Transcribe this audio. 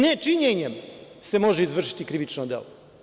Ne činjenjem se može izvršiti krivično delo.